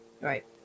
Right